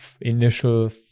initial